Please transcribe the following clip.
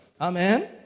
Amen